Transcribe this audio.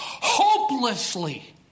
hopelessly